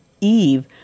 Eve